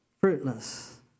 fruitless